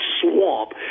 swamp